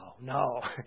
no